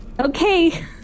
Okay